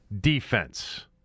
defense